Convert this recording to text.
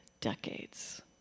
decades